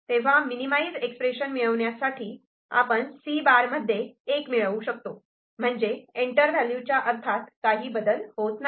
तर minimise expression मिळवण्यासाठी आपण C' मध्ये एक मिळवू शकतो म्हणजे एंटरव्हॅल्यूच्या अर्थात काही बदल होत नाही